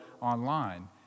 online